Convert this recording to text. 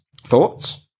Thoughts